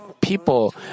people